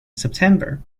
september